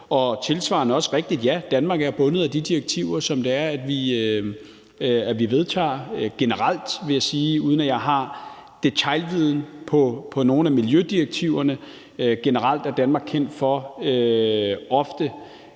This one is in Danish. på. Tilsvarende er det også rigtigt, ja, at Danmark generelt er bundet af de direktiver, som vi vedtager, uden at jeg har detailviden på nogle af miljødirektiverne. Generelt er Danmark kendt for ofte